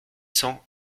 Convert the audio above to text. cents